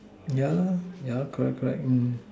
yeah lah yeah correct correct